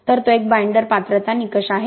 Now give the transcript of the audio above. तर तो एक बाईंडर पात्रता निकष आहे